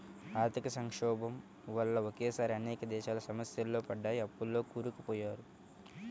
ఆర్థిక సంక్షోభం వల్ల ఒకేసారి అనేక దేశాలు సమస్యల్లో పడ్డాయి, అప్పుల్లో కూరుకుపోయారు